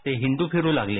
ते हिंडू फिरू लागले